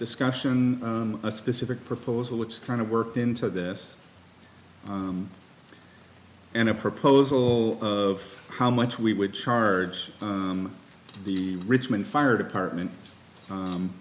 discussion a specific proposal which kind of worked into this and a proposal of how much we would charge the richmond fire department